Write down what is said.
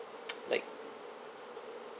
like